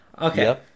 okay